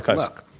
look.